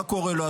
מה קורה לו,